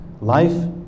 life